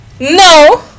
no